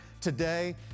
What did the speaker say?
today